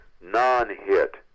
non-hit